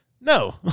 no